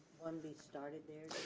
when we started there?